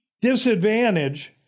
disadvantage